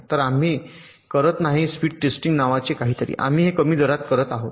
तर आम्ही करत नाही स्पीड टेस्टिंग नावाचे काहीतरी आम्ही हे कमी दरात करत आहोत